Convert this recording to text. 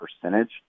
percentage